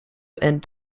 and